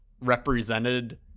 represented